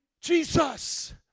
Jesus